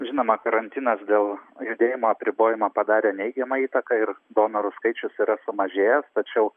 žinoma karantinas dėl judėjimo apribojimą padarė neigiamą įtaką ir donorų skaičius yra sumažėjęs tačiau